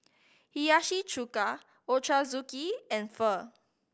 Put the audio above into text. Hiyashi Chuka Ochazuke and Pho